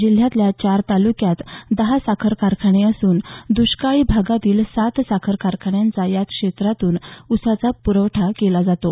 जिल्ह्यातल्या चार तालुक्यांत दहा साखर कारखाने असून द्रष्काळी भागातील सात साखर कारखान्यांना याच क्षेत्रातून उसाचा पुरवठा केला जातो